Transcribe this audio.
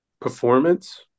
performance